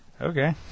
Okay